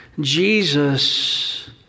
Jesus